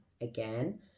again